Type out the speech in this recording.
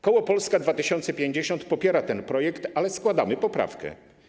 Koło Polska 2050 popiera ten projekt, ale składamy poprawkę.